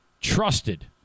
trusted